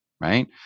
right